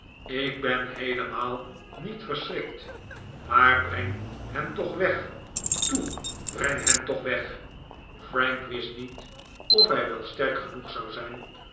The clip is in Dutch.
lk ben heelemaal niet verschrikt maar brengt hem toch weg toe brengt hem toch weg frank wist niet of hij wel sterk genoeg zou zijn